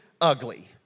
ugly